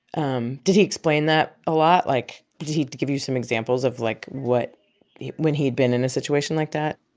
um did he explain that a lot? like, did he give you some examples of, like, what when he'd been in a situation like that?